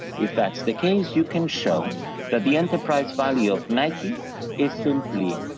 if that's the case you can show that the enterprise value of nike is simply